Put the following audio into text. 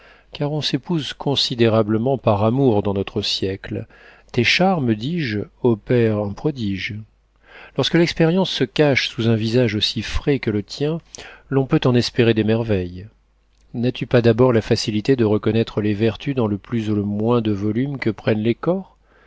car on s'épouse considérablement par amour dans notre siècle tes charmes dis-je opèrent un prodige lorsque l'expérience se cache sous un visage aussi frais que le tien l'on peut en espérer des merveilles n'as-tu pas d'abord la facilité de reconnaître les vertus dans le plus ou le moins de volume que prennent les corps